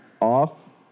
off